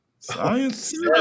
Science